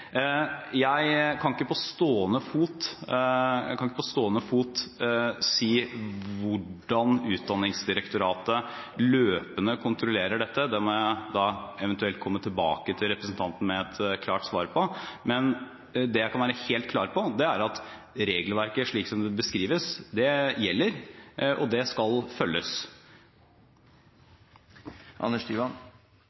Jeg kan ikke på stående fot si hvordan Utdanningsdirektoratet løpende kontrollerer dette – det må jeg da eventuelt komme tilbake til representanten med et klart svar på. Men det jeg kan være helt klar på, er at regelverket – slik som det beskrives – gjelder, og det skal følges.